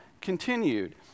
continued